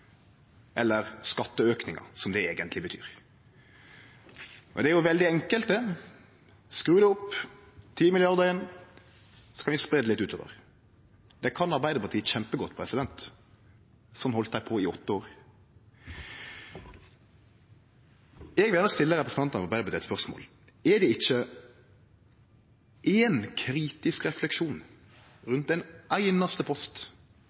eller skatteaukar, som det eigentleg betyr. Det er veldig enkelt, skru det opp, ti milliardar inn, så kan vi spreie det litt utover. Det kan Arbeidarpartiet kjempegodt, sånn heldt dei på i åtte år. Eg vil gjerne stille representantane frå Arbeidarpartiet eit spørsmål: Er det ikkje éin kritisk refleksjon rundt ein einaste post